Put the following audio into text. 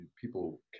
people